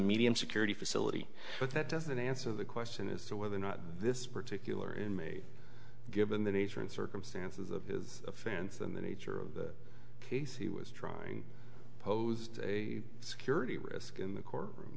medium security facility but that doesn't answer the question as to whether or not this particular inmate given the nature and circumstances of his offense and the nature of the case he was drawing posed a security risk in the